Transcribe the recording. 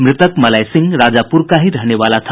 मृतक मलय सिंह राजापुर का ही रहने वाला था